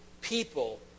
people